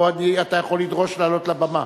או שאתה יכול לדרוש לעלות לבמה,